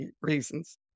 reasons